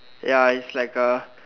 ya is like a